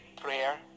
prayer